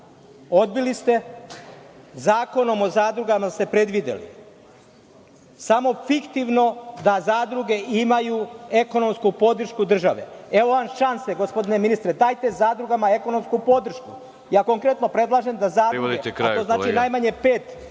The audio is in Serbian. odbili ste. Zakonom o zadrugama ste predvideli samo fiktivno da zadruge imaju ekonomsku podršku države. Evo vam šanse gospodine ministre, dajte zadrugama ekonomsku podršku. Konkretno predlažem da zadruge, a to znači najmanje pet